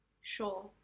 Sure